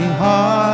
heart